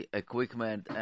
equipment